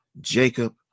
jacob